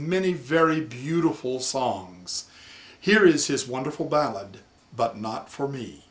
many very beautiful songs here is his wonderful bad but not for me